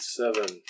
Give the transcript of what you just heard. seven